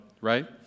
Right